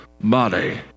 body